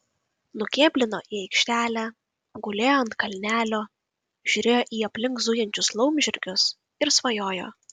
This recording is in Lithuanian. nukėblino į aikštelę gulėjo ant kalnelio žiūrėjo į aplink zujančius laumžirgius ir svajojo